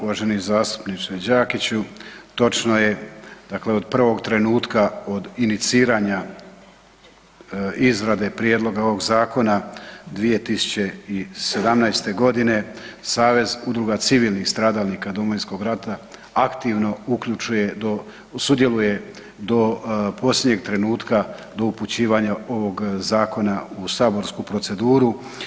Uvaženi zastupniče Đakiću, točno je, dakle od prvog trenutka od iniciranja izrade prijedloga ovog zakona 2017. godine Savez udruga civilnih stradalnika Domovinskog rata aktivno uključuje do, sudjeluje do posljednjeg trenutka do upućivanja ovog zakona u saborsku proceduru.